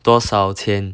多少钱